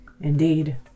Indeed